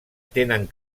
tenen